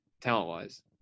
talent-wise